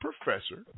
professor